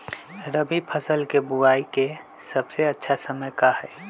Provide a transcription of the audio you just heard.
रबी फसल के बुआई के सबसे अच्छा समय का हई?